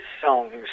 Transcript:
songs